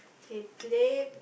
K today